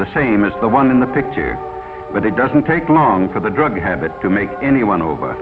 the same as the one in the picture but it doesn't take long for the drug habit to make anyone over